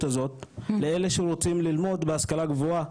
הזאת לאלה שרוצים ללמוד בהשכלה גבוהה,